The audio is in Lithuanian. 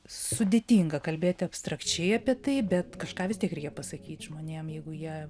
sudėtinga kalbėti abstrakčiai apie tai bet kažką vis tiek reikia pasakyt žmonėms jeigu jie